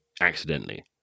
accidentally